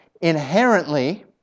inherently